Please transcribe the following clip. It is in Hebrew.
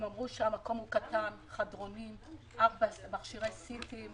הם אמרו שהמקום קטן, חדרונים, ארבעה מכשירי סי-טי,